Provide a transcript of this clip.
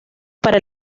para